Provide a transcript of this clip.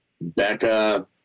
Becca